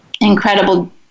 incredible